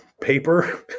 paper